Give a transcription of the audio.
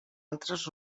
altres